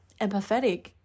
empathetic